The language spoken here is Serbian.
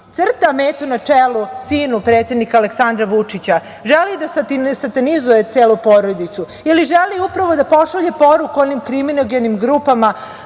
crta metu na čelu sinu predsednika Aleksandra Vučića, želi da satanizuje celu porodicu, ili želi upravo da pošalje poruku onim kriminogenim grupama